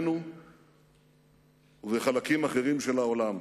באזורנו ובחלקים אחרים של העולם.